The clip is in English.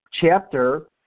chapter